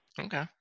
Okay